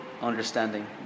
understanding